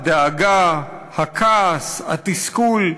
הדאגה, הכעס, התסכול,